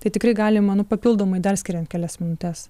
tai tikrai galima nu papildomai dar skiriant kelias minutes